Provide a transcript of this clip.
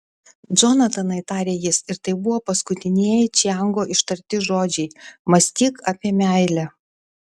džonatanai tarė jis ir tai buvo paskutinieji čiango ištarti žodžiai mąstyk apie meilę